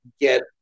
get